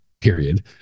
period